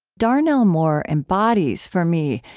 darnell moore embodies, for me,